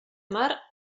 mar